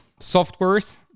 softwares